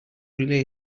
relay